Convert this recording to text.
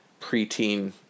preteen